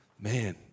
Man